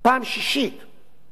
הצעת חוק-יסוד: החקיקה,